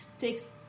takes